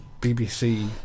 BBC